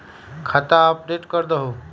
खाता अपडेट करदहु?